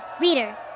reader